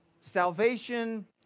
Salvation